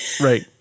Right